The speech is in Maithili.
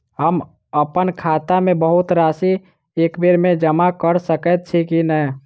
हम अप्पन खाता मे बहुत राशि एकबेर मे जमा कऽ सकैत छी की नै?